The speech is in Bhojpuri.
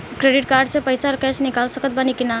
क्रेडिट कार्ड से पईसा कैश निकाल सकत बानी की ना?